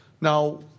Now